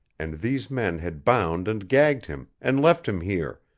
and these men had bound and gagged him, and left him here,